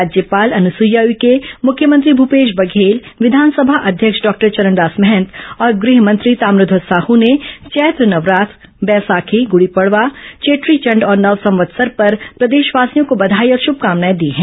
राज्यपाल अनुसुईया उइके मुख्यमंत्री भूपेश बघेल विधानसभा अध्यक्ष डॉक्टर चरणदास महंत और गृह मंत्री ताम्रध्वज साह ने चैत्र नवरात्र बैसाखी गुड़ी पड़वा चेट्रीचंड और नव संवत्सर पर प्रदेशवासियों को बधाई और श्रभकामनाए दी हैं